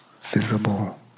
visible